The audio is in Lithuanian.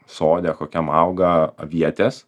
sode kokiam auga avietės